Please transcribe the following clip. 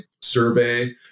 survey